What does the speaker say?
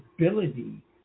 ability